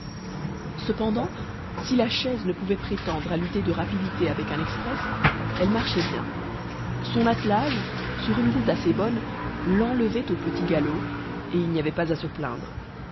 cependant si la chaise ne pouvait prétendre à lutter de rapidité avec un express elle marchait bien son attelage sur une route assez bonne l'enlevait au petit galop et il n'y avait pas à se plaindre